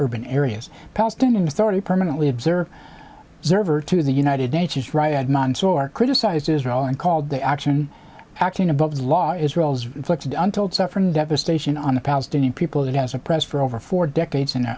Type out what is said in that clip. urban areas palestinian authority permanently observed server to the united nations right had months or criticized israel and called the action acting above the law israel's inflicted untold suffering and devastation on the palestinian people that has oppressed for over four decades and